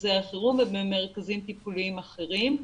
מרכזי החירום ובמרכזים טיפוליים אחרים.